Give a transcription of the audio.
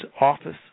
office